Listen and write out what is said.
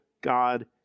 God